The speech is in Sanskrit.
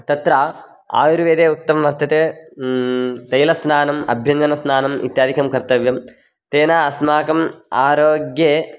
तत्र आयुर्वेदे उक्तं वर्तते तैलस्नानम् अभ्यञ्जनस्नानम् इत्यादिकं कर्तव्यं तेन अस्माकम् आरोग्ये